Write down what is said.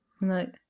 No